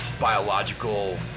biological